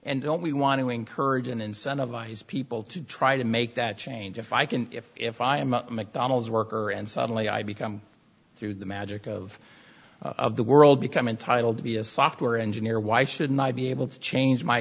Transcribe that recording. and we want to encourage and incentivize people to try to make that change if i can if if i am a mcdonald's worker and suddenly i become through the magic of the world become entitled to be a software engineer why shouldn't i be able to change my